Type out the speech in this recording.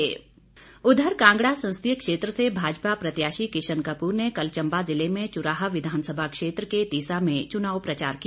किशन कपूर उधर कांगड़ा संसदीय क्षेत्र से भाजपा प्रत्याशी किशन कपूर ने कल चंबा जिले में चुराह विधांनसभा क्षेत्र के तीसा में चुनाव प्रचार किया